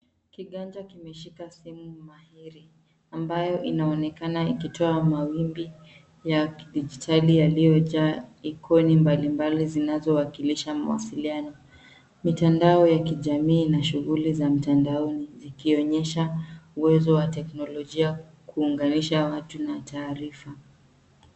Kiganja kimeshika simu maheri ambayo inaonekana ikitoa mawimbi ya kidijitali yaliyojaa ikoni mbalimbali zinazowakilisha mawasiliano. Mitandao ya kijamii na shughuli za mitandaoni zikionyesha uwezo wa teknolojia kuunganisha watu na taarifa.